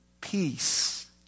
peace